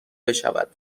بشود